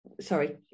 sorry